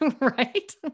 right